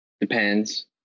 Depends